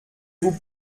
vous